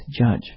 judge